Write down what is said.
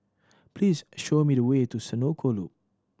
please show me the way to Senoko Loop